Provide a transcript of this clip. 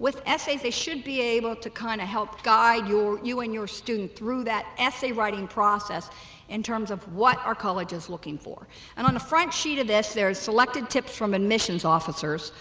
with essays they should be able to kind of help guide you and your student through that essay writing process in terms of what our colleges looking for and on the front sheet of this there are selected tips from admissions officers